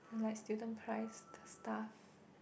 or like student price the stuff